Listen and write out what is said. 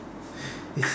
it's